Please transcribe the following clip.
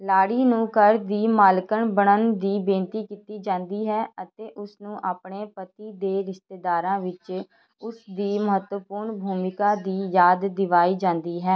ਲਾੜੀ ਨੂੰ ਘਰ ਦੀ ਮਾਲਕਣ ਬਣਨ ਦੀ ਬੇਨਤੀ ਕੀਤੀ ਜਾਂਦੀ ਹੈ ਅਤੇ ਉਸ ਨੂੰ ਆਪਣੇ ਪਤੀ ਦੇ ਰਿਸ਼ਤੇਦਾਰਾਂ ਵਿੱਚ ਉਸ ਦੀ ਮਹੱਤਵਪੂਰਨ ਭੂਮਿਕਾ ਦੀ ਯਾਦ ਦਿਵਾਈ ਜਾਂਦੀ ਹੈ